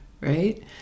right